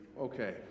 Okay